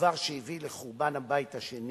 דבר שהביא לחורבן הבית השני,